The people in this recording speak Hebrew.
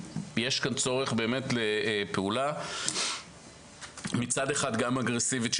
יש כאן באמת צורך בפעולה אגרסיבית של